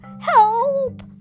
help